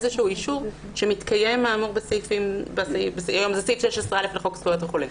איזשהו אישור שמתקיים האמור בסעיף 16(א) לחוק זכויות החולה.